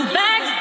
back